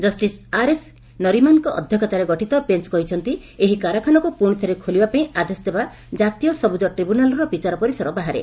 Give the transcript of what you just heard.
justice RF ନରିମାଙ୍କ ଅଧ୍ୟକ୍ଷତାରେ ଗଠିତ ବେଞ୍ଚ କହିଛନ୍ତି ଏହି କାରଖାନାକୁ ପୁଣି ଥରେ ଖୋଲିବା ପାଇଁ ଆଦେଶ ଦେବା ଜାତୀୟ ସବୁଜ ଟ୍ରାଇବୁନାଲର ବିଚାର ପରିସର ବାହାରେ